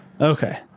Okay